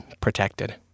protected